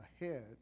ahead